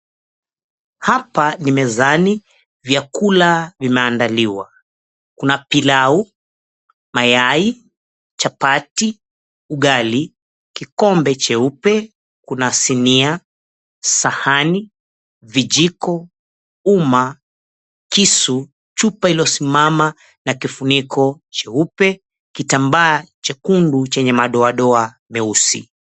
Hapa ni mezani. Vyakula vimeandaliwa kuna pilau, mayai, chapati, ugali, kikombe cheupe, kuna sinia, sahani, vijiko, umma, kisu, chupa lililo simama na kifuniko cheupe, kitambaa chekundu chenye madoadoa meusi.